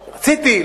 שרציתי,